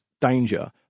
danger